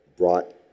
brought